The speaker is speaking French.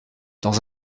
dans